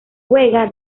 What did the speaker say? juega